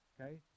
Okay